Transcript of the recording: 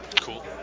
cool